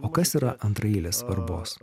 o kas yra antraeilės svarbos